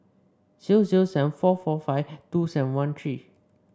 zero zero seven four four five two seven one three